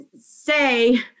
say